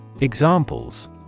Examples